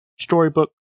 storybook